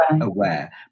aware